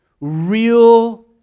real